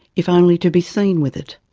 if only to be seen with it.